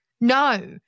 No